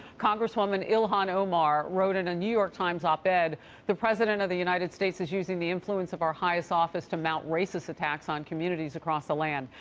congresswoman ilhan omar wrote a new york times op-ed, and the president of the united states is using the influence of our highest office to mount racist tax on community's across the land.